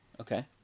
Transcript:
Okay